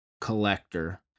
Collector